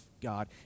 God